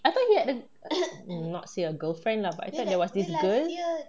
I thought he had a not say a girlfriend lah but there was this girl